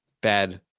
bad